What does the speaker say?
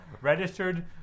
Registered